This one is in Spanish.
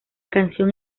canción